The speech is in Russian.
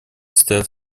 стоят